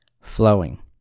flowing